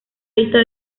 lista